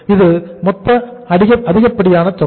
இது மொத்த அதிகப்படியான தொகை